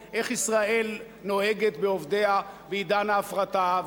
לחשוב איך ישראל נוהגת בעובדיה בעידן ההפרטה.